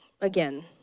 again